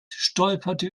stolperte